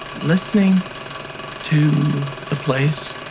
listening to the place.